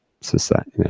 society